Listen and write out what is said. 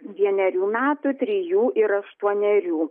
vienerių metų trijų ir aštuonerių